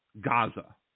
Gaza